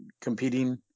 competing